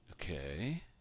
Okay